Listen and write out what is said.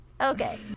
Okay